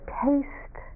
taste